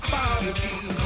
Barbecue